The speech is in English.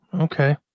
Okay